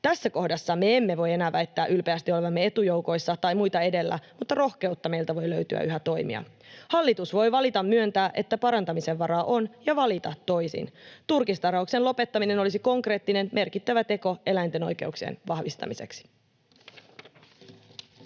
Tässä kohdassa me emme voi enää väittää ylpeästi olevamme etujoukoissa tai muita edellä, mutta rohkeutta meiltä voi löytyä yhä toimia. Hallitus voi valita myöntää, että parantamisen varaa on, ja valita toisin. Turkistarhauksen lopettaminen olisi konkreettinen, merkittävä teko eläinten oikeuksien vahvistamiseksi.